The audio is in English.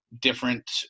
different